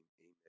Amen